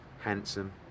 handsome